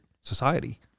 society